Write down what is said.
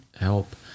help